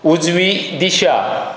उजवी दिशा